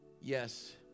Yes